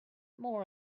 more